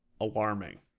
alarming